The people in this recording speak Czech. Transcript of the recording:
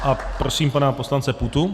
A prosím pana poslance Půtu.